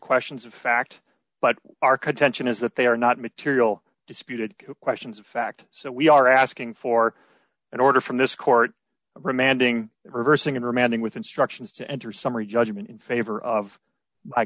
questions of fact but our contention is that they are not material disputed questions of fact so we are asking for an order from this court remanding reversing in remanding with instructions to enter summary judgment in favor of my